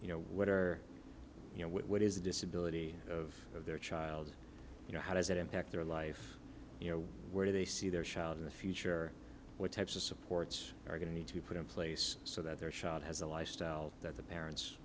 you know what are you know what is the disability of their child you know how does it impact their life you know where do they see their child in the future what types of supports are going to need to put in place so that their shot has a lifestyle that the parents